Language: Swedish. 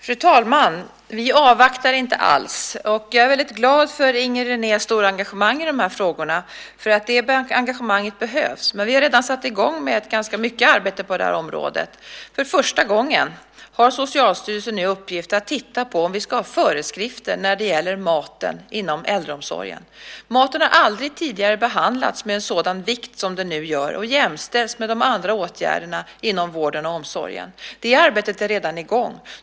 Fru talman! Vi avvaktar inte alls. Jag är väldigt glad för Inger Renés stora engagemang i de här frågorna. Det engagemanget behövs. Vi har redan satt i gång med ganska mycket arbete på det här området. För första gången har Socialstyrelsen nu i uppgift att titta på om vi ska ha föreskrifter när det gäller maten inom äldreomsorgen. Maten har aldrig tidigare behandlats med en sådan vikt som nu sker. Den jämställs med de andra åtgärderna inom vården och omsorgen. Det arbetet är redan i gång.